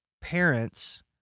parents